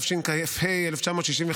התשכ"ה 1965,